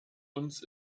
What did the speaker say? uns